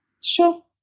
Sure